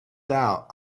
doubt